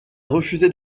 refusé